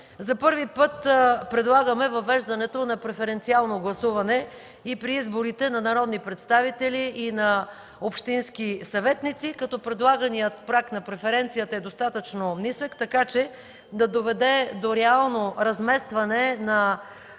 За първи път предлагаме въвеждането на преференциално гласуване и при изборите на народни представители, и на общински съветници, като предлаганият проект на преференцията е достатъчно нисък, така че да доведе до реално разместване на